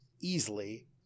easily